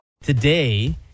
Today